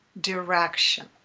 direction